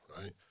right